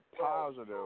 positive